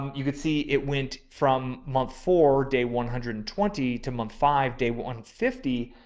you could see it went from month, four day, one hundred and twenty to month, five day, one fifty.